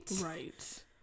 Right